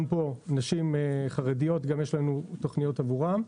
גם פה נשים חרדיות, יש לנו תוכניות עבורן.